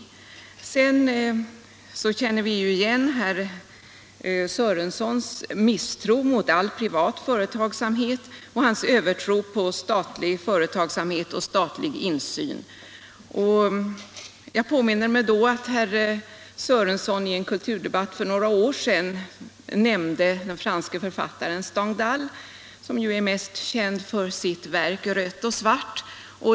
Ja, sedan känner vi ju till herr Sörensons misstro mot all privat företagsamhet och hans övertro på statlig företagsamhet och statlig insyn. Jag påminner mig nu hur herr Sörenson i en kulturdebatt för något år sedan nämnde den franske författaren Stendhal, som är mest känd för sitt verk Rött och svart.